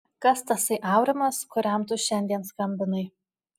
kas tasai aurimas kuriam tu šiandien skambinai